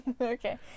Okay